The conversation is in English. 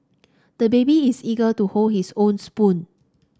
the baby is eager to hold his own spoon